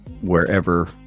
wherever